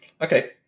Okay